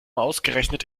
ausgerechnet